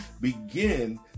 begin